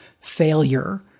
failure